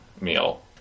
meal